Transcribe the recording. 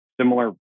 similar